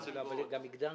מה זה גבוהות?